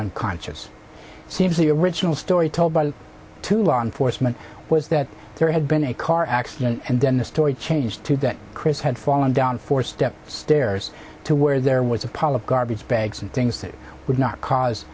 unconscious seems the original story told by two law enforcement was that there had been a car accident and then the story chain today chris had fallen down four step stairs to where there was a pile of garbage bags and things that would not cause